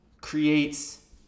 creates